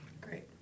Great